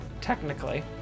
technically